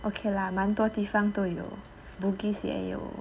okay lah 蛮多地方都有 bugis 也有